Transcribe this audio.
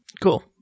Cool